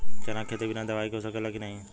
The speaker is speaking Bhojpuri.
चना के खेती बिना दवाई के हो सकेला की नाही?